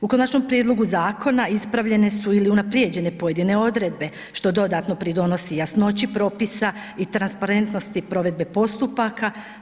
U konačnom prijedlogu zakona ispravljene su ili unaprijeđene pojedine odredbe što dodatno pridonosi jasnoći propisa i transparentnosti provedbe postupaka.